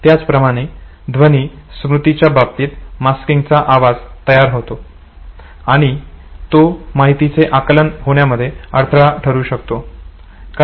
त्याचप्रमाणे ध्वनि स्मृतीच्या बाबतीत मास्किंगचा आवाज तयार होतो आणि तो माहितीचे आकलन होण्यामध्ये अडथळा ठरू शकते